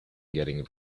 getting